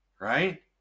Right